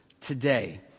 today